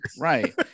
Right